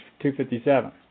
257